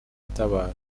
utabara